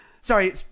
sorry